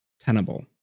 tenable